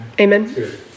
Amen